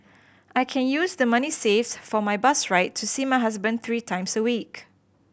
I can use the money saved for my bus ride to see my husband three times a week